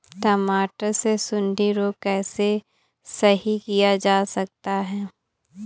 टमाटर से सुंडी रोग को कैसे सही किया जा सकता है?